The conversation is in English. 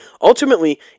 Ultimately